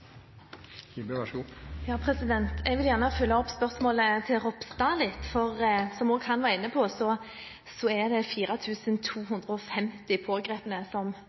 Jeg vil gjerne følge opp spørsmålet til representanten Ropstad litt, for som også han var inne på, er det 4 250 pågrepne som